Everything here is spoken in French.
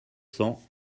cents